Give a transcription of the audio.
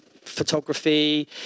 photography